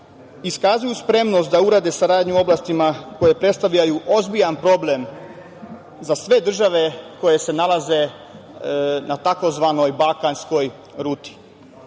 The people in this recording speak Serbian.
iskazuju spremnost da urade saradnju u oblastima koje predstavljaju ozbiljan problem za sve države koje se nalaze na tzv. Balkanskoj ruti. Ovi